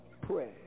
pray